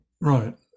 right